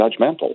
judgmental